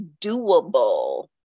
doable